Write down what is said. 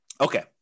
Okay